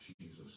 Jesus